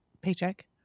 paycheck